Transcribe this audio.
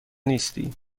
نیستی